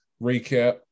recap